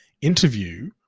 interview